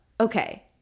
Okay